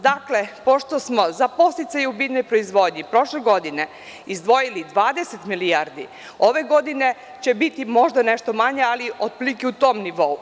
Dakle, pošto smo za podsticaje u biljnoj proizvodnji prošle godine izdvojili 20 milijardi, ove godine će biti možda nešto manja, ali otprilike u tom nivou.